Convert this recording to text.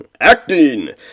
Acting